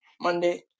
Monday